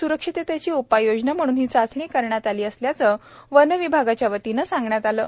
स्रक्षिततेची उपाययोजना म्हणून हि चाचणी करण्यात आली असल्याचे वनविभागाच्या वतीने सांगण्यात आले आहेत